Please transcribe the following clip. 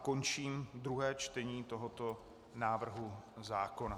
Končím druhé čtení tohoto návrhu zákona.